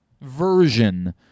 version